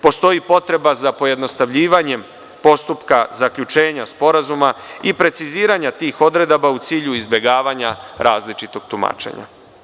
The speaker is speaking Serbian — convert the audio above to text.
Postoji potreba za pojednostavljivanje postupka zaključenja sporazuma i preciziranja tih odredaba u cilju izbegavanja različitog tumačenja.